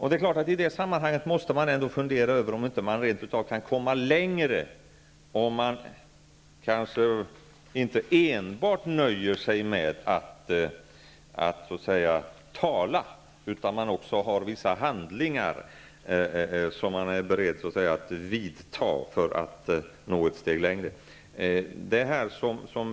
I det sammanhanget måste man naturligtvis fundera över om man inte rent av kan komma längre om man inte enbart nöjer sig med att tala utan också är beredd att vidta vissa åtgärder.